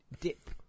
dip